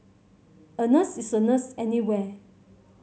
a nurse is a nurse anywhere